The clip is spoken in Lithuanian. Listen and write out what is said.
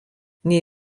nei